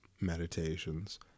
Meditations